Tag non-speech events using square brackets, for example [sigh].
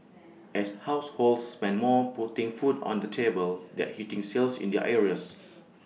[noise] as households spend more putting food on the table that's hitting sales in the areas